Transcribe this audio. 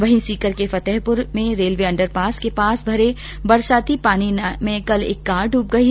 वहीं सीकर के फतेहपुर में रेलवे अण्डरपास के पास भरे बरसाती पानी में कल एक कार डूब गई